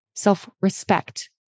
self-respect